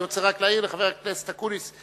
אני רוצה רק להעיר לחבר הכנסת אקוניס: